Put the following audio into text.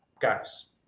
guys